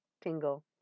tingle